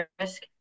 risk